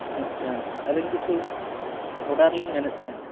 ᱟᱪᱪᱷᱟ ᱟᱹᱞᱤᱧ ᱠᱤᱪᱷᱩ ᱚᱰᱟᱨ ᱞᱤᱧ ᱢᱮᱱᱮᱫ ᱛᱟᱦᱮᱱᱟ